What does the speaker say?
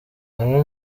bamwe